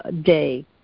day